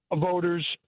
voters